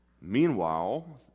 meanwhile